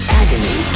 agony